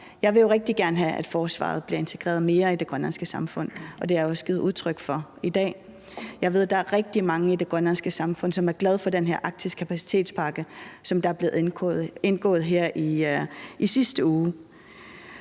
Jeg vil jo rigtig gerne have, at forsvaret bliver integreret mere i det grønlandske samfund, og det har jeg også givet udtryk for i dag. Jeg ved, der er rigtig mange i det grønlandske samfund, som er glade for den her arktiske kapacitetspakke, som der blev indgået aftale om her i sidste uge.